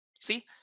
See